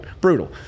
Brutal